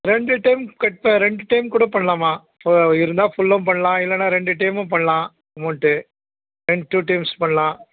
ரெண்டு டைம் இப்போ ரெண்டு டைம் கூட பண்ணலாம்மா இப்போது இருந்தால் ஃபுல்லும் பண்ணலாம் இல்லைன்னா ரெண்டு டைமும் பண்ணலாம் அமௌண்ட்டு டூ டைம்ஸ் பண்ணலாம்